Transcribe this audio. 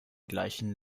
gleichen